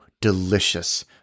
delicious